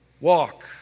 walk